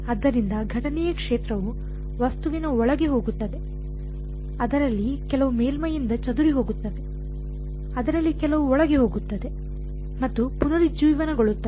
ಆದ್ದರಿಂದ ಘಟನೆಯ ಕ್ಷೇತ್ರವು ವಸ್ತುವಿನ ಒಳಗೆ ಹೋಗುತ್ತದೆ ಅದರಲ್ಲಿ ಕೆಲವು ಮೇಲ್ಮೈಯಿಂದ ಚದುರಿಹೋಗುತ್ತವೆ ಅದರಲ್ಲಿ ಕೆಲವು ಒಳಗೆ ಹೋಗುತ್ತವೆ ಮತ್ತು ಪುನರುಜ್ಜೀವನಗೊಳ್ಳುತ್ತವೆ